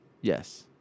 Yes